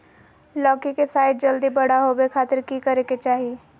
लौकी के साइज जल्दी बड़ा होबे खातिर की करे के चाही?